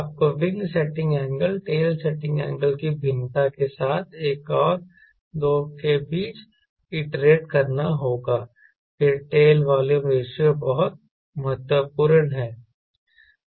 आपको wing setting angle tail setting angle की भिन्नता के साथ एक और दो के बीच आईट्रेट करना होगा फिर टेल वॉल्यूम रेशों बहुत महत्वपूर्ण है